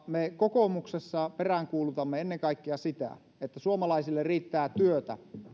me kokoomuksessa peräänkuulutamme ennen kaikkea sitä että suomalaisille riittää työtä